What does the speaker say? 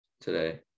today